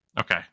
Okay